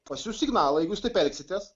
pasiųst signalą jeigu jūs taip elgsitės